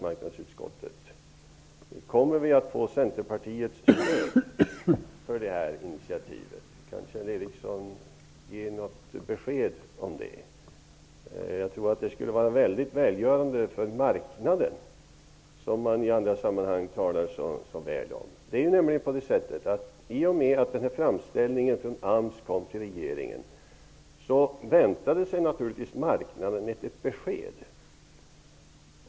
Kommer Socialdemokraternas initiativ att få Centerpartiets stöd? Det skulle vara väldigt välgörande för marknaden om Kjell Ericsson kunde ge något besked om det, den marknad som man i många andra sammanhang talar så väl om. Det är nämligen så, att i och med att AMS framställning kom till regeringen väntar sig naturligtvis marknaden ett besked.